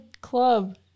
club